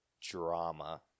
drama